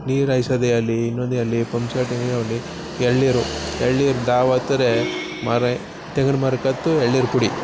ನೀರು ಹಾಯ್ಸೋದೆ ಆಗ್ಲಿ ಇನ್ನೊಂದೇ ಆಗ್ಲಿ ಪಂಪ್ ಸೆಟ್ ಎಳನೀರು ಎಳ್ನೀರು ಮರ ತೆಂಗಿನ ಮರಕ್ಕೆ ಹತ್ತು ಎಳ್ನೀರು ಕುಡಿ